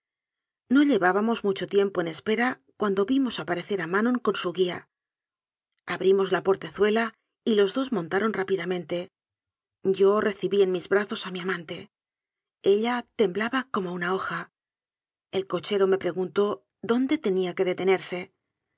no llevábamos mucho tiempo en espera cuando vimos aparecer a manon con su guía abri mos la portezuela y los dos montaron rápidamen te yo recibí en mis brazos a mi amante ella tem blaba como una hoja el cochero me preguntó dónde tenía que detenerse